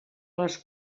les